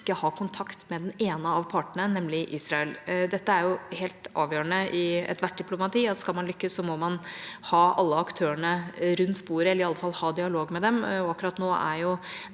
ikke har kontakt med den ene av partene, nemlig Israel? Det er helt avgjørende i ethvert diplomati at om man skal man lykkes, må man ha alle aktørene rundt bordet eller iallfall ha dialog med dem. Akkurat nå er jo